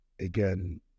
again